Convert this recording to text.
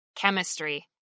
chemistry